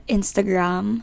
Instagram